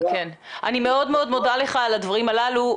אני מאוד מודה לך על הדברים הללו.